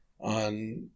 On